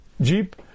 jeep